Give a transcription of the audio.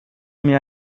mir